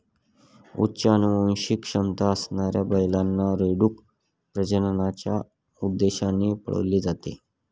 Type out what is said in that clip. उच्च अनुवांशिक क्षमता असणाऱ्या बैलांना, रेडकू प्रजननाच्या उद्देशाने पाळले जाते